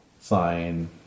sign